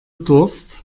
durst